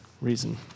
reason